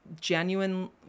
genuine